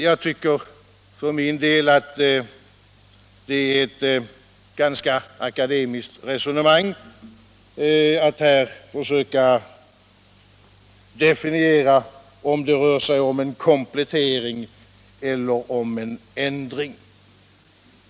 Jag tycker för min del att det är ett ganska akademiskt resonemang att försöka definiera om det rör sig om en komplettering eller en ändring.